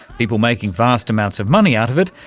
people making vast amounts of money out of it,